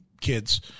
kids